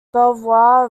belvoir